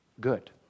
good